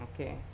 Okay